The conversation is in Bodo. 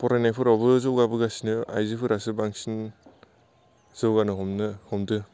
फरायनायफोरावबो जौगाबोगासिनो आइजोफोरासो बांसिन जौगानो हमनो हमदों